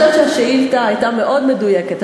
אני חושבת שהשאילתה הייתה מאוד מדויקת.